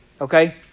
Okay